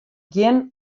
gjin